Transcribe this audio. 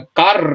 car